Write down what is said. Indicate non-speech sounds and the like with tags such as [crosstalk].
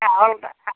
[unintelligible]